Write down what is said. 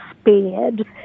spared